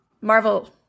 Marvel